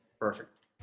Perfect